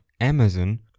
Amazon